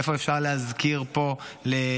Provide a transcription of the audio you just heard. איפה אפשר להזכיר פה למילואימניק,